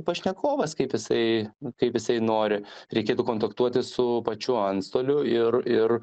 pašnekovas kaip jisai kaip jisai nori reikėtų kontaktuoti su pačiu antstoliu ir ir